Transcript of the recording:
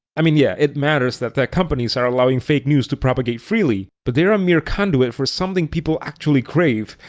i mean yeah, it matters that tech companies are allowing fake news to propagate freely, but they're a mere conduit for something people actually crave,